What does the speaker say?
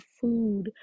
food